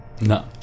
No